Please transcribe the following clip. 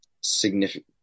significant